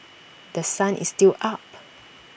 The Sun is still up